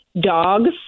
dogs